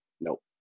nope